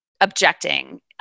objecting